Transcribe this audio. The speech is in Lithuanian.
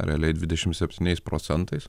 realiai dvidešimt septyniais procentais